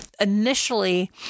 initially